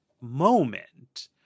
moment